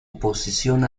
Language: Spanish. oposición